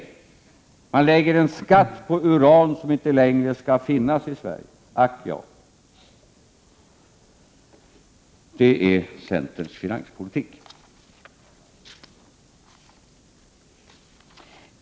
Centern vill lägga en skatt på uran som inte längre skall finnas i Sverige. Ack ja, det är centerns finanspolitik!